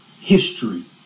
history